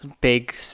big